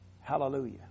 Hallelujah